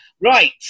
Right